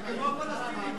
זה כמו הפלסטינים.